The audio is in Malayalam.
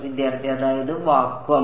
വിദ്യാർത്ഥി അതായത് വാക്വം